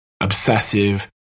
obsessive